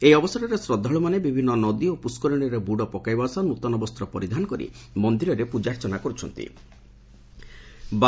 ଏହି ଅବସରରେ ଶ୍ର ବିଭିନ୍ନ ନଦୀ ଓ ପୁଷ୍କରିଶୀରେ ବୁଡ଼ ପକାଇବା ସହ ନ୍ତନ ବସ୍ତ ପରିଧାନ କରି ମନ୍ଦିରରେ ପ୍ରଜାର୍ଚ୍ଚନା କର୍ପ୍ର ୍ଛନ୍ତି